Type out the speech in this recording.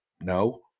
no